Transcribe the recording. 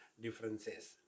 differences